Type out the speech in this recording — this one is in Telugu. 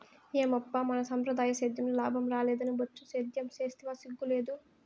ఏమప్పా మన సంప్రదాయ సేద్యంలో లాభం రాలేదని బొచ్చు సేద్యం సేస్తివా సిగ్గు లేదూ